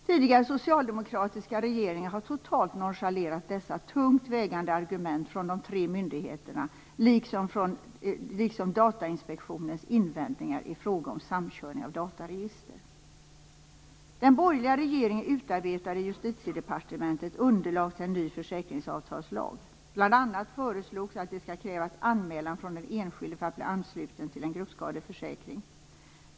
Tidigare socialdemokratiska regeringar har totalt nonchalerat dessa tungt vägande argument från de tre myndigheterna liksom Datainspektionens invändningar i fråga om samkörning av dataregister. Den borgerliga regeringen utarbetade i Justitiedepartementet underlag till en ny försäkringsavtalslag. Bl.a. föreslogs att det skall krävas anmälan från den enskilde för att bli ansluten till en gruppskadeförsäkring.